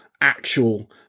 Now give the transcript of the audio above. actual